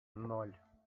ноль